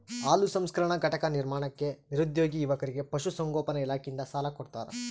ಹಾಲು ಸಂಸ್ಕರಣಾ ಘಟಕ ನಿರ್ಮಾಣಕ್ಕೆ ನಿರುದ್ಯೋಗಿ ಯುವಕರಿಗೆ ಪಶುಸಂಗೋಪನಾ ಇಲಾಖೆಯಿಂದ ಸಾಲ ಕೊಡ್ತಾರ